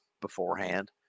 beforehand